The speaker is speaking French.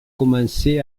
commencé